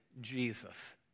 Jesus